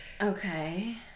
Okay